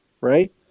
right